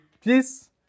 please